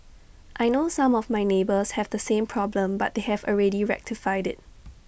I know some of my neighbours have the same problem but they have already rectified IT